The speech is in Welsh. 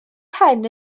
pen